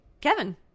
Kevin